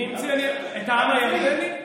מי המציא את העם הירדני?